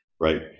right